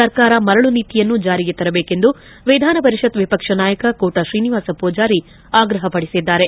ಸರ್ಕಾರ ಮರಳು ನೀತಿಯನ್ನು ಜಾರಿಗೆ ತರಬೇಕೆಂದು ವಿಧಾನಪರಿಷತ್ ವಿಪಕ್ಷ ನಾಯಕ ಕೋಟಾ ಶ್ರೀನಿವಾಸ ಪೂಜಾರಿ ಆಗ್ರಹಿಸಿದ್ದಾರೆ